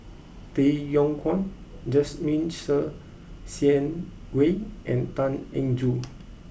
Tay Yong Kwang Jasmine Ser Xiang Wei and Tan Eng Joo